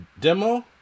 demo